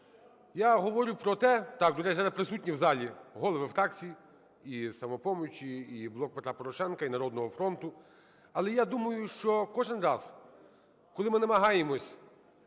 Я говорю про те… так, до речі, зараз присутні в залі голови фракцій і "Самопомочі", і "Блок Петра Порошенка", і "Народного фронту", але, я думаю, що кожен раз, коли ми намагаємося